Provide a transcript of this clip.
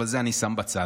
אבל את זה אני שם בצד.